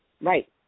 Right